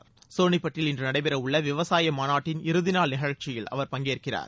துடியரசுத் தலைவர் சோனிப்பட்டில் இன்று நடைபெறவுள்ள விவசாய மாநாட்டின் இறுதி நாள் நிகழ்ச்சியில் அவர் பங்கேற்கிறார்